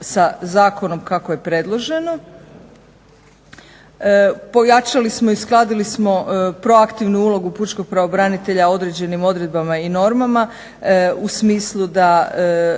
sa zakonom kako je predloženo. Pojačali smo i uskladili smo pro aktivnu ulogu pučkog pravobranitelja određenim odredbama i normama u smislu da